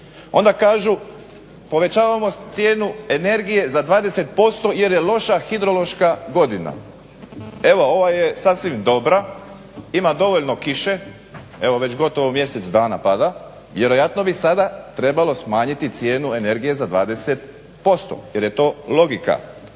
Onda kažu povećavamo cijenu energije za 20% jer je loša hidrološka godina. Evo ova je sasvim dobra, ima dovoljno kiše, evo već gotovo mjesec dana pada, vjerojatno bi sada trebalo smanjiti cijenu energije za 20% jer je to logika.